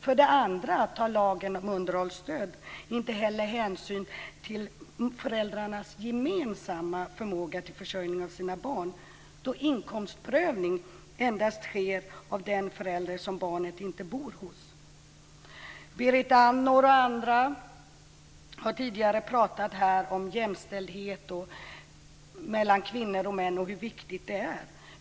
För det andra tar lagen om underhållsstöd inte hänsyn till föräldrarnas gemensamma förmåga att försörja sina barn då inkomstprövning endast sker av den förälder som barnet inte bor hos. Berit Andnor och andra har tidigare pratat här om jämställdhet mellan kvinnor och män och om hur viktigt det är.